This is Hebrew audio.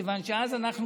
כשהגיע החוק הזה,